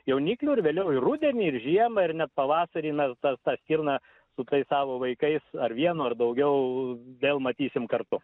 jauniklių ir vėliau ir rudenį ir žiemą ir net pavasarį na tą tą stirną suk tais savo vaikais ar vienu ar daugiau vėl matysim kartu